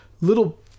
little